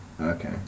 Okay